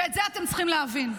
ואת זה אתם צריכים להבין.